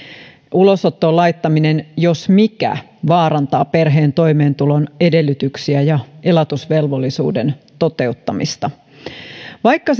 ulosottoon laittaminen jos mikä vaarantaa perheen toimeentulon edellytyksiä ja elatusvelvollisuuden toteuttamista vaikka